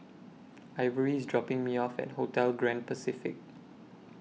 Ivory IS dropping Me off At Hotel Grand Pacific